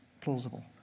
plausible